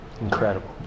Incredible